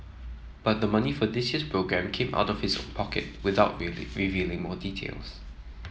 but the money for this year's programme came out of his own pocket without revealing more details